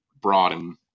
broaden